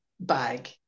bag